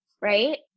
right